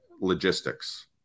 logistics